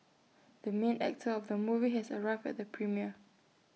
the main actor of the movie has arrived at the premiere